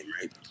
right